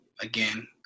again